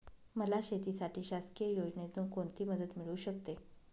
मला शेतीसाठी शासकीय योजनेतून कोणतीमदत मिळू शकते?